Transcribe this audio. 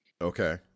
Okay